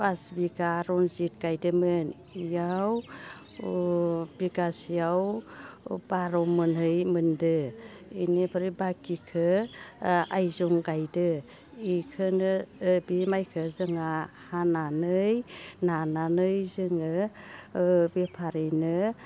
फास बिगा रनजित गायदोमोन इयाव ओ बिगासेयाव बार' मनहै मोनदो इनिफ्राय बाखिखो ओ आयजं गायदो इखोनो ओ बि माइखो जोंहा हानानै नानानै जोङो ओ बेफारिनो